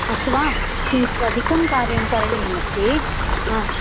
अस्तु वा किञ्चित् अधिकं कार्यं करणीयमस्ति हा